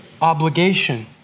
obligation